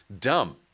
dumb